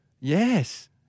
Yes